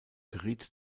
geriet